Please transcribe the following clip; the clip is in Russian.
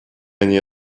они